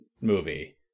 movie